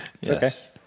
Yes